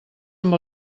amb